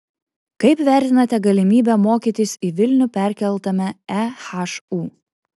kaip vertinate galimybę mokytis į vilnių perkeltame ehu